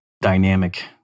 dynamic